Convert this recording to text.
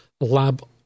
Lab